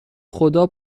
خدا